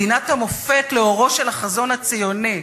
מדינת המופת לאורו של החזון הציוני.